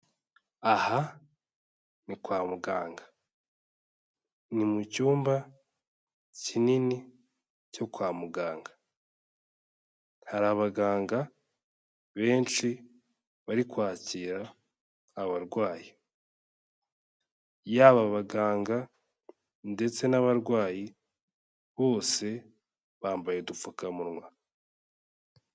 Aha ni kwa muganga, ni mucmba kinini cyo kwa muganga, hari abaganga benshi bari kwakira abarwayi, yaba abaganga ndetse n'abarwayi bose bambaye udupfukamunwa.